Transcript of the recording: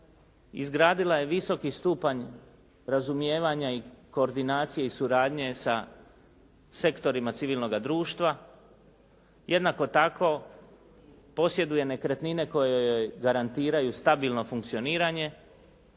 izgradila je visoki stupanj razumijevanja i koordinacije i suradnje sa sektorima civilnoga društva. Jednako tako posjeduje nekretnine koje joj garantiraju stabilno funkcioniranje.